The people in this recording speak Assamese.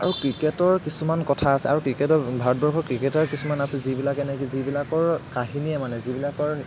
আৰু ক্ৰিকেটৰ কিছুমান কথা আছে আৰু ক্ৰিকেটৰ ভাৰতবৰ্ষৰ ক্ৰিকেটাৰ কিছুমান আছে যিবিলাকে নেকি যিবিলাকৰ কাহিনীয়ে মানে যিবিলাকৰ